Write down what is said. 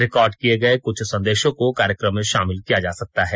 record किए गए कुछ संदेशों को कार्यक्रम में शामिल किया जा सकता है